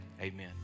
amen